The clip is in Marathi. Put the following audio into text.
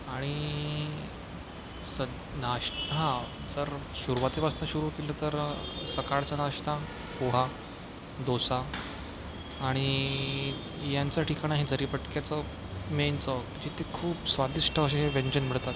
आणि सद् नाश् हा सर शुरवातीपासनं सुरु केलं तर सकाळचा नाश्ता पोहा डोसा आणि यांचं ठिकाण आहे जरीपटक्याचं मेन चौक जिथे खूप स्वादिष्ट असे व्यंजन मिळतात